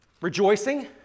Rejoicing